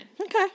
Okay